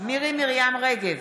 מירי מרים רגב,